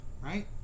right